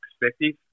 perspective